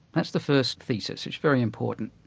that's the first thesis, it's very important.